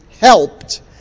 helped